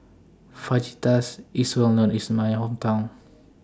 Fajitas IS Well known in My Hometown